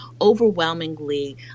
overwhelmingly